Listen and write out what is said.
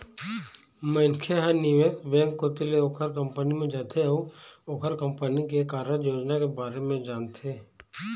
मनखे ह निवेश बेंक कोती ले ओखर कंपनी म जाथे अउ ओखर कंपनी के कारज योजना के बारे म जानथे